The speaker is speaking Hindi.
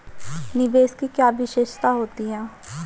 निवेश की क्या विशेषता होती है?